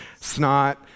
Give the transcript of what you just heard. snot